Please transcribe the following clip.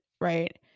right